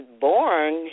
born